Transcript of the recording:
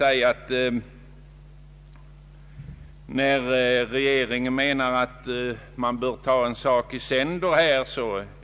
Regeringen anser att vi bör ta en sak i sänder.